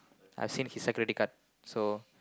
I've seen his security guard so